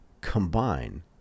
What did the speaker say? combine